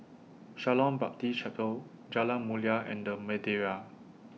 Shalom Baptist Chapel Jalan Mulia and The Madeira